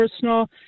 personal